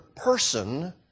Person